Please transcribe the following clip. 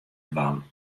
dwaan